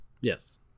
Yes